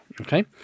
Okay